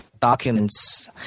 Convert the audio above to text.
documents